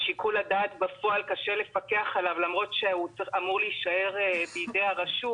שבפועל קשה לפקח על שיקול הדעת למרות שהוא אמור להישאר בידי הרשות: